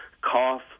cough